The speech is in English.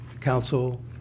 council